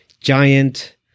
giant